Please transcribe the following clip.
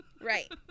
Right